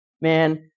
man